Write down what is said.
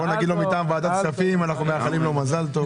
בואו נגיד לו מטעם ועדת הכספים: אנחנו מאחלים לו מזל טוב.